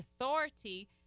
authority